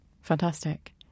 Fantastic